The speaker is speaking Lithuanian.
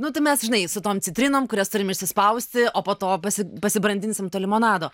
nu tai mes žinai su tom citrinom kurias turim išspausti o po to pasi pasibrandinsim to limonado